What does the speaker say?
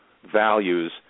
Values